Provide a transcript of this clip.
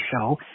show